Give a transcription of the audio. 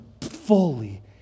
fully